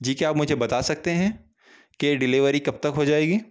جی کیا آپ مجھے بتا سکتے ہیں کہ ڈیلیوری کب تک ہو جائے گی